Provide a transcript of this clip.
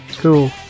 cool